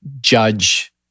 judge